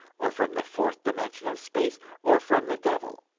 or from the fourth dimension of space, or from the devil.